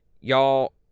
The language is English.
Y'all